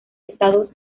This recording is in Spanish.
estados